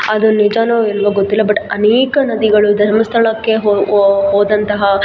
ಅದು ನಿಜನೋ ಇಲ್ವೋ ಗೊತ್ತಿಲ್ಲ ಬಟ್ ಅನೇಕ ನದಿಗಳು ಧರ್ಮಸ್ಥಳಕ್ಕೆ ಹೋದಂತಹ